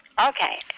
Okay